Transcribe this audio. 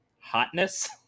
hotness